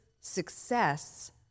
success